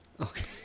Okay